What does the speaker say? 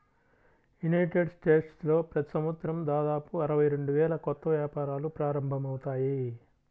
United స్టేట్స్లో ప్రతి సంవత్సరం దాదాపు అరవై రెండు వేల కొత్త వ్యాపారాలు ప్రారంభమవుతాయి